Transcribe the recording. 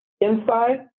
inside